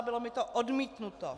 Bylo mi to odmítnuto!